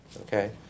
Okay